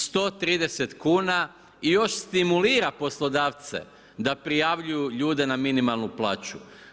130 kuna i još stimulira poslodavce da prijavljuju ljude na minimalnu plaću.